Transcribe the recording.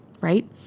right